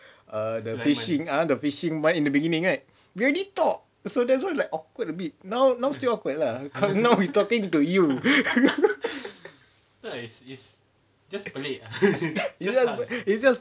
err the fishing ah the fishing mine in the beginning right we already talk so that's why we like awkward a bit now now still awkward lah cause now we talking to you it's just